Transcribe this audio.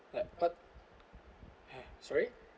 ya sorry